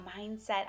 Mindset